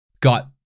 got